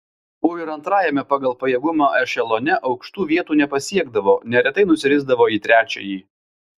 o ir antrajame pagal pajėgumą ešelone aukštų vietų nepasiekdavo neretai nusirisdavo į trečiąjį